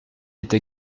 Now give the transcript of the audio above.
était